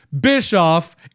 Bischoff